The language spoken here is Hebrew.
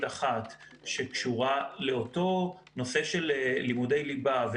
אחת שקשורה לאותו נושא של לימודי ליבה,